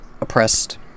oppressed